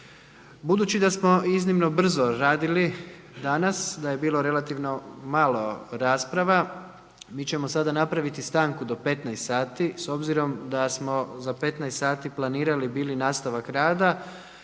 Budući da smo iznimno brzo radili danas, da je bilo relativno malo rasprava mi ćemo sada napraviti stanku do 15 sati s obzirom da smo za 15 sati planirali bili nastavak rada.